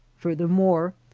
furthermore,